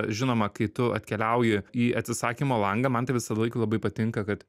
žinoma kai tu atkeliauji į atsisakymo langą man tai visą laik labai patinka kad